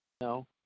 No